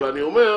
אבל אני אומר,